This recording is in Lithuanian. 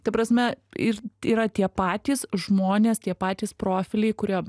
ta prasme ir yra tie patys žmonės tie patys profiliai kurie